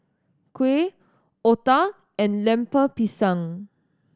kuih otah and Lemper Pisang